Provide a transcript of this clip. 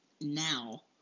now